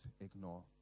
ignore